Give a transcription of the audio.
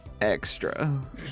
Extra